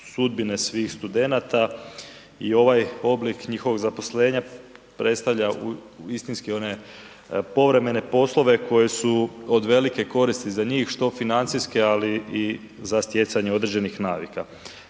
sudbine svih studenata i ovaj oblik njihovog zaposlenja predstavlja istinski one povremene poslove koji su od velike koristi za njih, što financijske, ali i za stjecanje određenih navika.